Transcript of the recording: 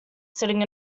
sitting